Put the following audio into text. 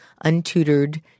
untutored